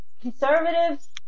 conservatives